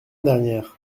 dernière